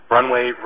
Runway